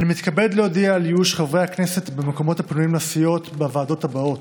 אני מתכבד להודיע על איוש המקומות הפנויים לסיעות בוועדות האלה: